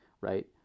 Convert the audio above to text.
right